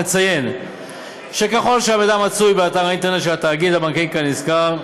נציין שככל שהמידע מצוי באתר האינטרנט של התאגיד הבנקאי כנזכר,